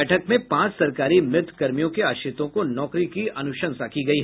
बैठक में पांच सरकारी मृत कर्मियों के आश्रितों को नौकरी की अनुशंसा की गयी